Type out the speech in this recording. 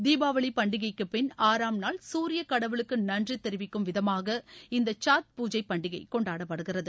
தீபாவளி பண்டிகைக்கு பின் ஆறாம் நாள் சூரிய கடவுளுக்கு நன்றி தெரிவிக்கும் விதமாக இந்த சாத் பூஜை பண்டிகை கொண்டாடப்படுகிறது